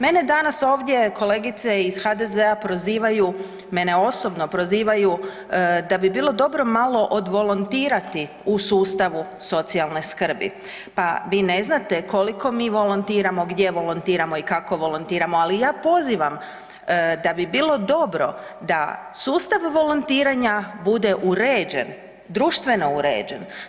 Mene danas ovdje kolegice iz HDZ-a, mene osobno prozivaju da bi bilo dobro malo odvolontirati u sustavu socijalne skrbi, pa vi ne znate koliko mi volontiramo, gdje volontiramo i kako volontiramo, ali ja pozivam da bi bilo dobro da sustav volontiranja bude uređen, društveno uređen.